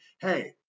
hey